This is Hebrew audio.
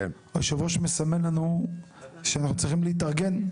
מסמן לנו שאנחנו צריכים להתארגן.